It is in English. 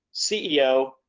CEO